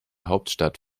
hauptstadt